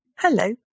hello